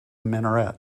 minaret